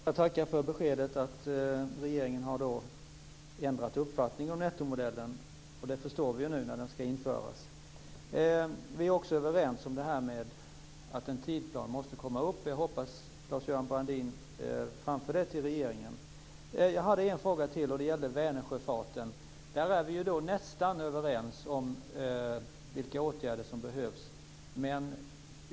Fru talman! Jag tackar för beskedet att regeringen har ändrat uppfattning om nettomodellen. Det förstår vi nu när den ska införas. Vi är också överens om att en tidsplan måste komma upp. Jag hoppas att Claes-Göran Brandin framför det till regeringen. Jag hade en fråga till, och det gäller Vänersjöfarten. Där är vi nästan överens om vilka åtgärder som behövs.